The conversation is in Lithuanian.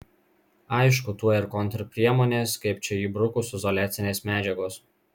aišku tuoj ir kontrpriemonės kaip čia įbrukus izoliacinės medžiagos